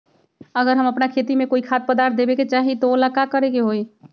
अगर हम अपना खेती में कोइ खाद्य पदार्थ देबे के चाही त वो ला का करे के होई?